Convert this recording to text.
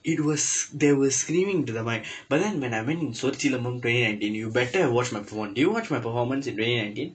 it was there was screaming into the mic but then when I went in Sorsilambam twenty nineteen you better watch my performance did you watch my performance in twenty nineteen